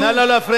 נא לא להפריע,